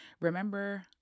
Remember